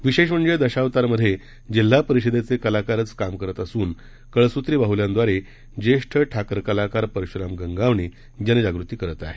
विशेष म्हणजे दशावतारमध्ये जिल्हा परिषदेचे कलाकारच काम करत असून कळसूत्री बाहुल्यांद्वारे ज्येष्ठ ठाकर कलाकर परश्राम गंगावणे जनजागृती करत आहेत